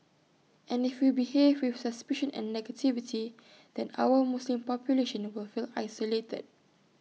and if we behave with suspicion and negativity then our Muslim population will feel isolated